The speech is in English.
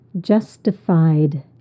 justified